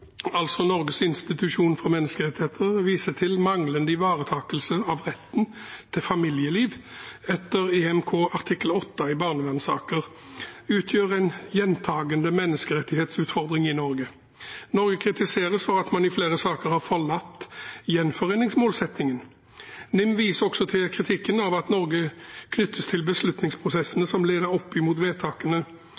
Norges institusjon for menneskerettigheter, viser til at manglende ivaretakelse av retten til familieliv etter EMK artikkel 8 i barnevernssaker utgjør en gjentakende menneskerettighetsutfordring i Norge. Norge kritiseres for at man i flere saker har forlatt gjenforeningsmålsettingen. NIM viser også til at kritikken av Norge knyttes til at beslutningsprosessene